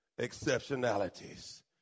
exceptionalities